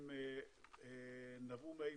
הם נבעו מאיפה?